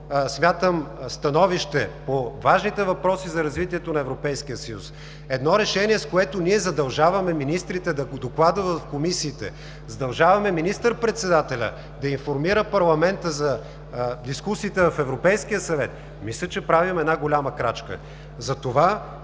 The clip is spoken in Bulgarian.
смятам, становище по важните въпроси за развитието на Европейския съюз, едно решение, с което ние задължаваме министрите да го докладват в комисиите, задължаваме министър-председателя да информира парламента за дискусиите в Европейския съвет, мисля, че правим една голяма крачка.